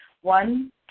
One